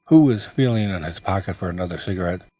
who was feeling in his pocket for another cigarette.